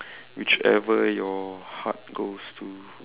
whichever your heart goes to